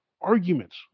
arguments